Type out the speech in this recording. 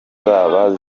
zaba